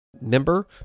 member